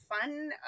fun